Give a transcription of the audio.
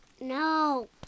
No